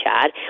Chad